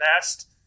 best